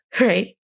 Right